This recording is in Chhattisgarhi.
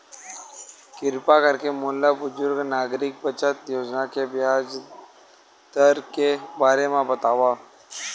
किरपा करके मोला बुजुर्ग नागरिक बचत योजना के ब्याज दर के बारे मा बतावव